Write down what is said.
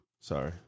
Sorry